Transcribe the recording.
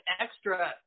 extra